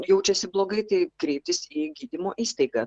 jaučiasi blogai tai kreiptis į gydymo įstaigą